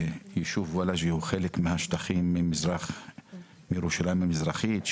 היישוב וולאג'ה הוא חלק מהשטחים מירושלים המזרחית,